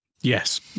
Yes